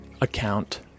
account